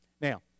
Now